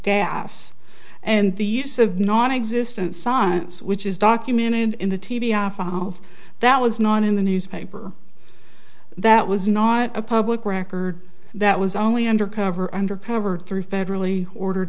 gaffes and the use of nonexistent science which is documented in the t v after that was not in the newspaper that was not a public record that was only undercover undercover through federally ordered